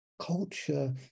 Culture